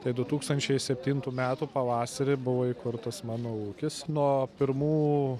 tai du tūkstančiai septintų metų pavasarį buvo įkurtas mano ūkis nuo pirmų